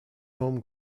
home